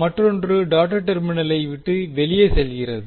மற்றொன்று டாட்டெட் டெர்மினலை விட்டு வெளியே செல்கிறது